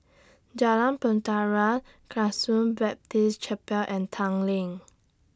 Jalan Bahtera Baptist Chapel and Tanglin